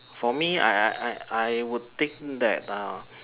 for me I I I would think that uh